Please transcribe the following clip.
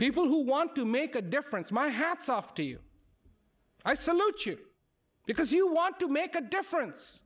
people who want to make a difference my hat's off to you i salute you because you want to make a difference